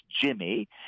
Jimmy